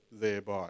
thereby